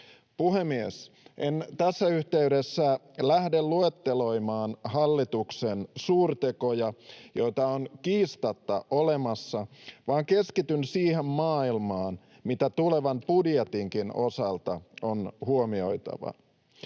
Puhemies! En tässä yhteydessä lähde luetteloimaan hallituksen suurtekoja, joita on kiistatta olemassa, vaan keskityn siihen maailmaan, mitä tulevan budjetinkin osalta on huomioitava.